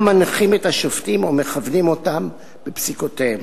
מנחים את השופטים או מכוונים אותם בפסיקותיהם.